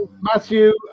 Matthew